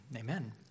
amen